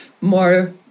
more